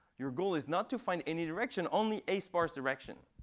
your goal is not to find any direction, only a sparse direction.